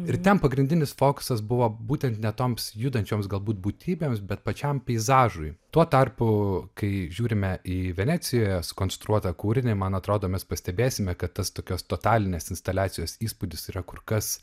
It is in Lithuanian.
ir ten pagrindinis fokusas buvo būtent ne toms judančioms galbūt būtybėms bet pačiam peizažui tuo tarpu kai žiūrime į venecijoje sukonstruotą kūrinį man atrodo mes pastebėsime kad tas tokios totalinės instaliacijos įspūdis yra kur kas